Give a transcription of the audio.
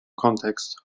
context